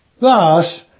Thus